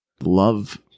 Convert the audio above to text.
Love